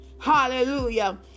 Hallelujah